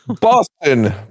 boston